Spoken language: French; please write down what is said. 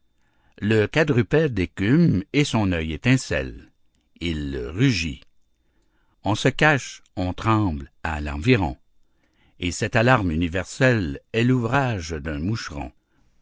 le quadrupède écume et son œil étincelle il rugit on se cache on tremble à l'environ et cette alarme universelle est l'ouvrage d'un moucheron